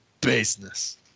business